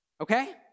okay